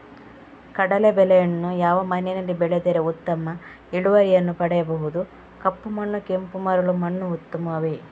ಕಡಲೇ ಬೆಳೆಯನ್ನು ಯಾವ ಮಣ್ಣಿನಲ್ಲಿ ಬೆಳೆದರೆ ಉತ್ತಮ ಇಳುವರಿಯನ್ನು ಪಡೆಯಬಹುದು? ಕಪ್ಪು ಮಣ್ಣು ಕೆಂಪು ಮರಳು ಮಣ್ಣು ಉತ್ತಮವೇ?